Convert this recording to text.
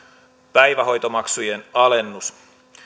päivähoitomaksujen alennus